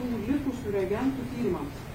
tų likusių reagentų tyrimams